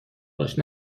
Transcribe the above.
باش